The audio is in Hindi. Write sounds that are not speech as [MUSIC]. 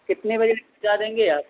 कितने बजे [UNINTELLIGIBLE] पहुँचा देंगे आप